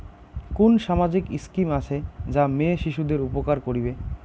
কুন সামাজিক স্কিম আছে যা মেয়ে শিশুদের উপকার করিবে?